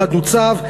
הורדנו צו,